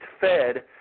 fed